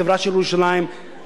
לבתי-הספר של ירושלים,